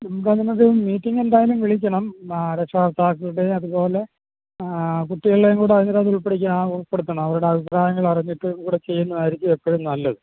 എന്താണെങ്കിലും മീറ്റിങ്ങ് എന്തായാലും വിളിക്കണം രക്ഷാകർത്താക്കളുടെയും അതുപോലെ കുട്ടികളെയും കൂടെ അതിനകത്തിൽ ഉൾപ്പെടിയിക്കണം ഉൾപ്പെടുത്തണം അവരുടെ അഭിപ്രായങ്ങൾ അറിഞ്ഞിട്ട് കൂടെ ചെയ്യുന്നതായിരിക്കും ഏറ്റവും നല്ലത്